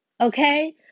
Okay